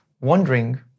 wondering